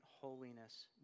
holiness